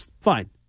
Fine